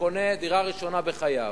שקונה דירה ראשונה בחייו,